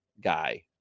guy